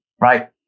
right